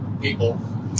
people